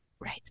Right